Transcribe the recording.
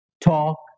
Talk